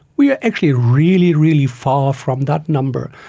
we are actually really, really far from that number.